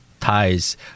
ties